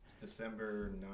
December